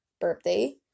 birthday